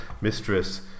mistress